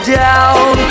down